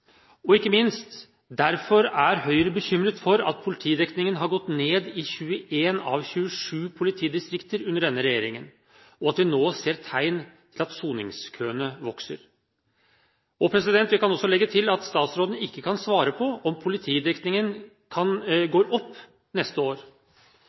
Og ikke minst: Derfor er Høyre bekymret over at politidekningen har gått ned i 21 av 27 politidistrikter under denne regjeringen, og at vi nå ser tegn til at soningskøene vokser. Jeg kan også legge til at statsråden ikke kan svare på om politidekningen går opp neste år. Jeg kan